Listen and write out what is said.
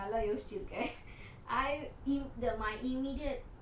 like நல்ல யோசுசிருக்க:nalla yosichiruka I